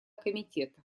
комитета